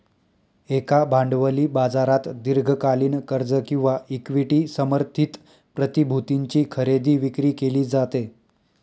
एका भांडवली बाजारात दीर्घकालीन कर्ज किंवा इक्विटी समर्थित प्रतिभूतींची खरेदी विक्री केली जाते